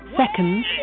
seconds